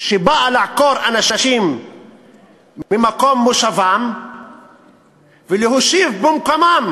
שבאה לעקור אנשים ממקום מושבם ולהושיב במקומם